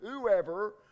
Whoever